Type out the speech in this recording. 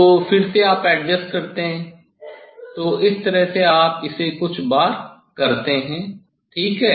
तो फिर से आप एडजस्ट करते हैं तो इस तरह से आप इसे कुछ बार करते हैं ठीक है